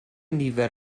nifer